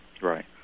Right